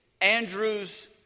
Andrew's